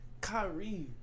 Kyrie